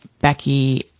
Becky